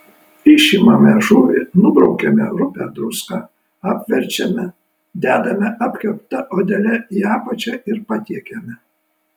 išimame žuvį nubraukiame rupią druską apverčiame dedame apkepta odele į apačią ir patiekiame